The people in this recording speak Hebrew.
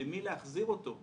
למי להחזיר אותו?